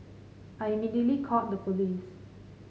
I immediately called the police